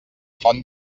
font